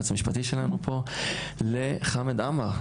היועץ המשפטי שלנו פה לחמד עמאר,